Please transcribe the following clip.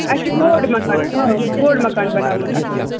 اَسہِ چھِ بوٚڑ مکان اۭں بوٚڑ ماکان بناوُن اَصٕل